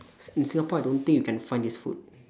s~ in singapore I don't think you can find this food